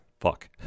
fuck